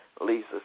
Lisa